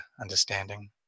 understanding